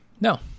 No